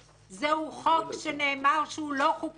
זה חוק שנאמר שהוא לא חוקתי,